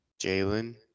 Jalen